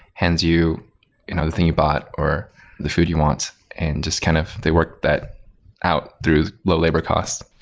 hands you you know the thing you bought or the food you want and just kind of they work that out through low labor cost.